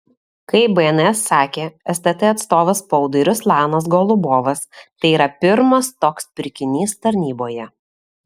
kaip bns sakė stt atstovas spaudai ruslanas golubovas tai yra pirmas toks pirkinys tarnyboje